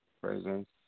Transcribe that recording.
presence